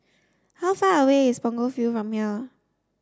how far away is Punggol Field from here